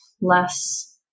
less